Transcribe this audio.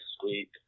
Sweet